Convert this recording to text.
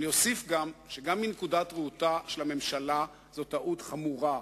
אני אוסיף ואומר שגם מנקודת ראותה של הממשלה זאת טעות חמורה.